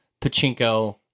pachinko